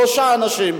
שלושה אנשים.